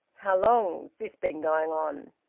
how long's this been going on?